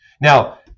Now